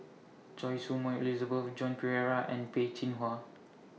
Choy Su Moi Elizabeth Joan Pereira and Peh Chin Hua